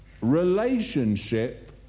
relationship